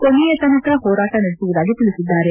ಕೊನೆಯ ತನಕ ಹೋರಾಟ ನಡೆಸುವುದಾಗಿ ತಿಳಿಸಿದ್ದಾರೆ